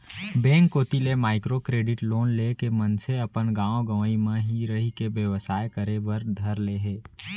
bank कोती ले micro credit loan लेके मनसे अपन गाँव गंवई म ही रहिके बेवसाय करे बर धर ले हे